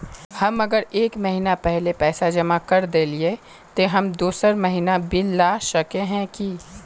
हम अगर एक महीना पहले पैसा जमा कर देलिये ते हम दोसर महीना बिल ला सके है की?